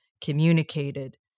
communicated